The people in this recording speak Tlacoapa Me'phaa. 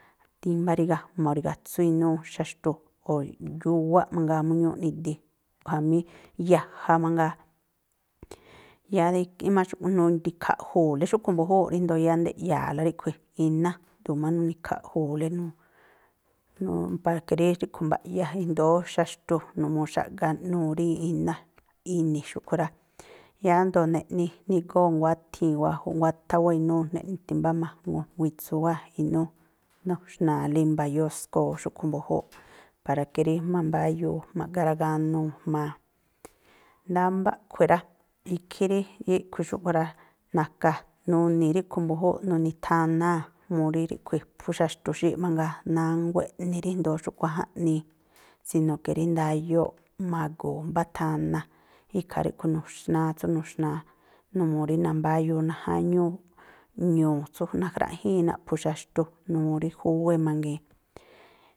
Timbá, rigajma̱ o̱ rigatsú inúú xaxtu, o̱ yúwáꞌ mangaa mú ñúúꞌ nidi, jamí yaja mangaa. Yáá de ikhí nudi̱khaꞌju̱u̱le xúꞌkhui̱ mbu̱júúꞌ ríndo̱o yáá ndeꞌya̱a̱la ríꞌkhui̱, iná, ꞌdu̱u̱ má nuni̱khaꞌju̱u̱le, nu nu para que rí xúꞌkhui̱ mba̱ꞌya i̱ndóó xaxtu, numuu xáꞌganuu rí iná ini̱ xúꞌkhui̱ rá. Yáá ndo̱o neꞌni, nigóo̱ nguáthii̱n wáa̱, nguáthá wáa̱ inúú, neꞌni timbá majŋu, witsu wáa̱ inúú, nuxna̱a̱le i̱mba̱ yoskoo xúꞌkhui̱ mbu̱júúꞌ, para ke rí mambáyuu, ma̱ꞌga raganuu jma̱a. Ndámbá a̱ꞌkhui̱ rá. Ikhí rí ríꞌkhui̱ xúꞌkhui̱ rá, na̱ka̱, nuni̱ ríꞌkhui̱ mbu̱júúꞌ, nuni̱thanáa̱, mu rí ríꞌkhui̱ phú xaxtu xíi̱ꞌ mangaa, nánguá eꞌni rí i̱ndóó xúꞌkhui̱ jaꞌnii. Sino que rí ndayóo̱ꞌ magu̱u̱ mbá thana, ikhaa ríꞌkhui̱ nuxnáá tsú nuxnáá. Numuu rí nambáyuu najáñúú ñuu̱ tsú najráꞌjíín naꞌphu̱ xaxtu, numuu rí júwé mangii̱n.